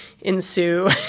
ensue